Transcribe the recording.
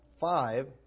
five